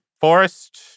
forest